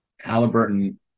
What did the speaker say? Halliburton